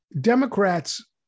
Democrats